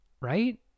right